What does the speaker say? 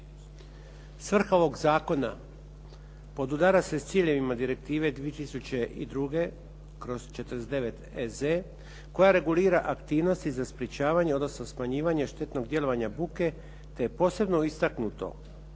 Svrha ovog zakona podudara se s ciljevima Direktive 2002./49 EZ koja regulira aktivnosti za sprječavanje odnosno smanjivanje štetnog djelovanja buke te je posebno istaknuto